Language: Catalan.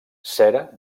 cera